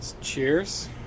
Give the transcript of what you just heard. Cheers